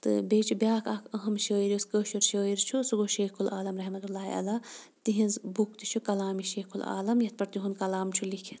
تہٕ بیٚیہِ چھِ بیٛاکھ اَکھ اَہَم شٲعر یُس کٲشُر شاعر چھُ سُہ گوٚو شیخ العالم رحمتہ اللہِ علیہ تِہِنٛز بُک تہِ چھُ کَلامِ شیخ العالم یَتھ پٮ۪ٹھ تِہُنٛد کَلام چھُ لیٚکھِتھ